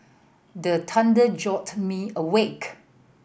the thunder jolt me awake